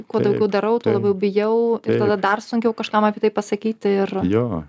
kuo daugiau darau tuo labiau bijau ir tada dar sunkiau kažkam apie tai pasakyti ir